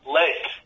lake